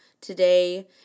today